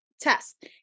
test